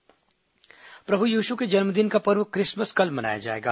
Christmas प्रभु यीशु के जन्मदिन का पर्व क्रिसमस कल मनाया जाएगा